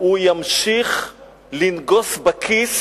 הוא ימשיך לנגוס בכיס